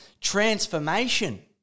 transformation